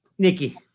Nikki